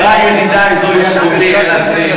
חברי, ידידי, זו היא זכותי, אין על זה עוררין.